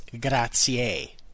grazie